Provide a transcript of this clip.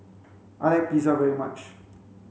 I like Pizza very much